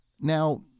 Now